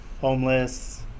Homeless